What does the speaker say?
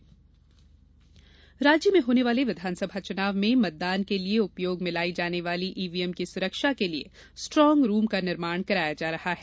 निर्वाचन आयोग राज्य में होने वाले विधानसभा चुनाव में मतदान के लिए उपयोग में लाई जाने वाली ईवीएम की सुरक्षा के लिए स्ट्रॉग रूम का निर्माण कराया जा रहा है